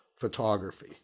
photography